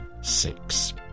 six